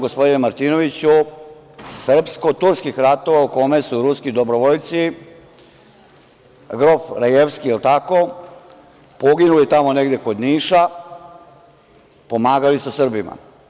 Gospodine Martinoviću, sećam se Srpsko-turskih ratova u kojima su ruski dobrovoljci, grof Lejevski, jel tako, poginuli tamo negde kod Niša, pomagali su Srbima.